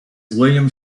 william